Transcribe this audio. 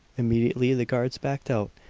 immediately the guards backed out,